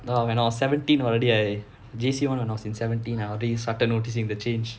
no lah when I was seventeen already I J_C one when I was seventeen I already started noticing the change